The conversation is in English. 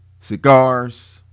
Cigars